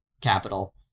capital